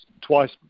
twice